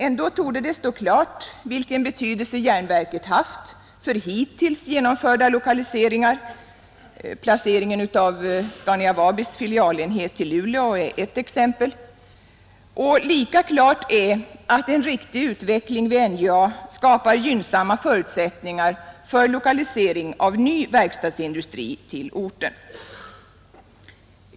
Ändå torde det stå klart vilken betydelse järnverket haft för hittills genomförda lokaliseringar — placeringen av Scania-Vabis” filialenhet till Luleå är ett exempel — och lika klart är att en riktig utveckling vid NJA skapar gynnsamma förutsättningar för lokalisering av ny verkstadsindustri till orten.